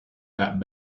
that